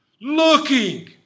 Looking